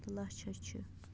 تہٕ لَچھ حظ چھِ